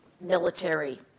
military